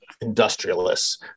industrialists